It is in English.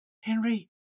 Henry